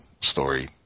story